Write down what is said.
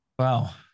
Wow